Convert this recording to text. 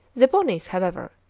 the ponies, however,